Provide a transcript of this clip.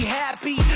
happy